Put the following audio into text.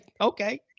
okay